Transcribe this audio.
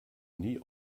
nie